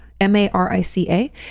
m-a-r-i-c-a